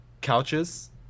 couches